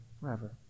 forever